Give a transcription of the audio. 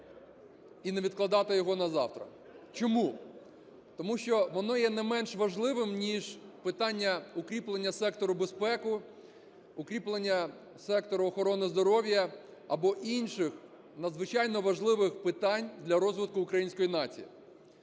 і не відкладати його на завтра. Чому? Тому що воно є не менш важливим ніж питання укріплення сектору безпеки, укріплення сектору охорони здоров'я або інших надзвичайно важливих питань для розвитку української нації.